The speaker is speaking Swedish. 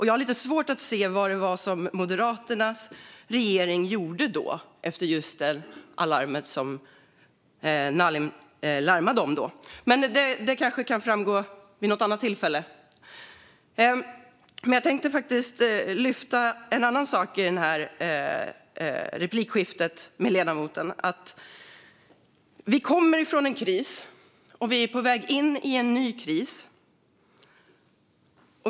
Jag har lite svårt att se vad det var Moderaternas regering gjorde efter larmet från Nalin. Men det kanske kan framgå vid något annat tillfälle. Men jag tänkte faktiskt lyfta fram en annan sak i min replik till ledamoten. Vi kommer från en kris, och vi är på väg in i en ny kris.